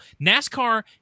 NASCAR